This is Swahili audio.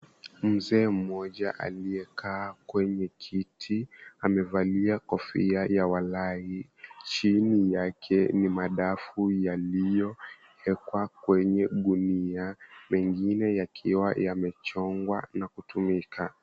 Mzee mmoja aliyekaa kwenye kiti, amevalia kofia ya wallahi. Chini yake ni madafu yaliyo wekwa kwenye gunia mengine yakiwa yamechongwa na kutumika.